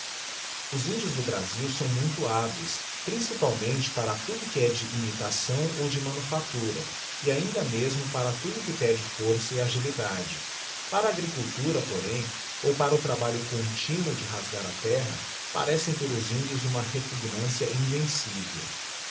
os índios do brasil são muito hábeis principalmente para tudo o que é de imitação ou de manufactura e ainda mesmo para tudo o que pede força e agilidade para a agricultura porém ou para o trabalho continuo de rasgar a terra parecem ter os índios uma repugnância invencível